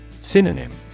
Synonym